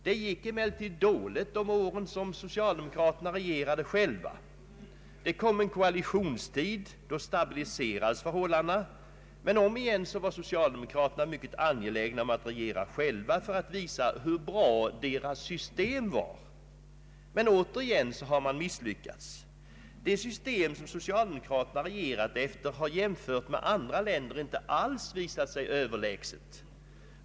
Det gick emellertid dåligt de år socialdemokraterna regerade ensamma. Det kom en koalitionstid, och då stabiliserades förhållandena. Men sedan var socialdemokraterna angelägna om att ensamma regera för att visa hur bra deras system var — dock för att återigen misslyckas. Det system efter vilket socialdemokraterna regerat har jämfört med andra länder inte alls visat sig överlägset.